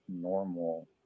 normal